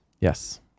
yes